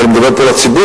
ואני מדבר פה לציבור,